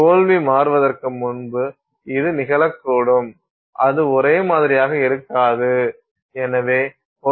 தோல்வி மாறுவதற்கு முன்பு இது நிகழக்கூடும் அது ஒரே மாதிரியாக இருக்காது